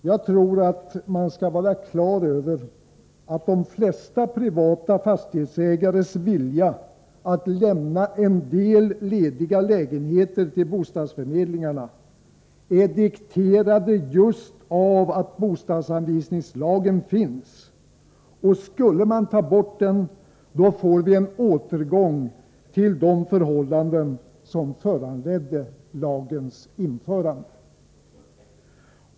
Jag tror att vi skall vara klara över att de flesta privata fastighetsägares vilja 151 att lämna en del lediga lägenheter till bostadsförmedlingarna är dikterad just av att bostadsanvisningslagen finns — och skulle man ta bort den får vi en återgång till de förhållanden som föranledde lagens införande.